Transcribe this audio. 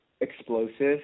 explosive